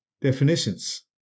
definitions